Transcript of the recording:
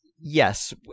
Yes